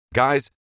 Guys